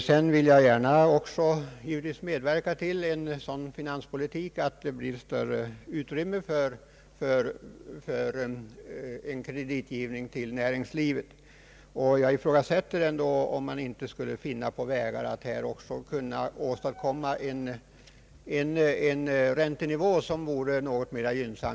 Jag vill givetvis gärna också medverka till en sådan finanspolitik att det blir större utrymme för kreditgivning till näringslivet. Jag ifrågasätter också om man inte skall kunna finna vägar att här också åstadkomma en något gynnsammare räntenivå.